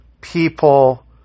people